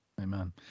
Amen